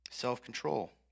self-control